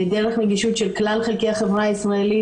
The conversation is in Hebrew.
דרך נגישות של כלל חלקי החברה הישראלית,